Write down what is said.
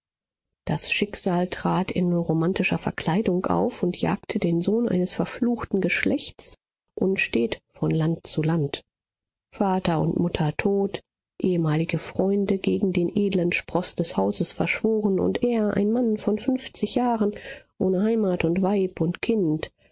das schicksal trat in romantischer verkleidung auf und jagte den sohn eines verfluchten geschlechts unstet von land zu land vater und mutter tot ehemalige freunde gegen den edeln sproß des hauses verschworen und er ein mann von fünfzig jahren ohne heim und weib und kind